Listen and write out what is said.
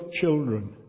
children